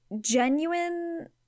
genuine